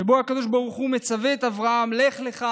שבה הקדוש ברוך הוא מצווה את אברהם: "לך לך